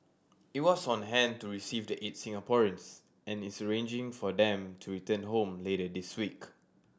it was on hand to receive the eight Singaporeans and is arranging for them to return home later this week